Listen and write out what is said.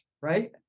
right